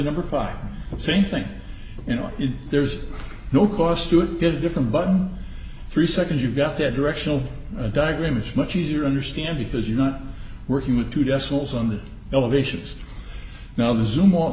number five saying think you know there's no cost to it get a different but three seconds you've got that directional diagram it's much easier to understand because you're not working with two decimals on the elevations now the zoo